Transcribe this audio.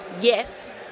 yes